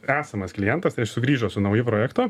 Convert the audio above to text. esamas klientas sugrįžo su nauju projektu